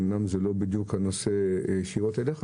זה אמנם לא בדיוק נושא הוועדה שלך,